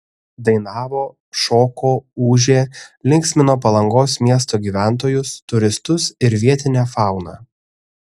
dainavo šoko ūžė linksmino palangos miesto gyventojus turistus ir vietinę fauną